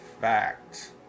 fact